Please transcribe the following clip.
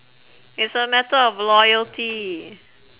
it's a matter of loyalty